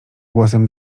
głosem